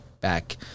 back